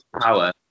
power